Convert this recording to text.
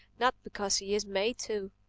not because he is made to.